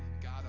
God